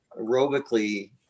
aerobically